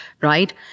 right